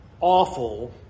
awful